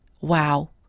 Wow